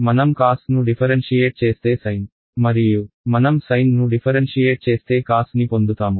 మనం కాస్ను డిఫరెన్షియేట్ చేస్తే సైన్ మరియు మనం సైన్ను డిఫరెన్షియేట్ చేస్తే కాస్ ని పొందుతాము